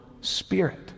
Spirit